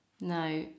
No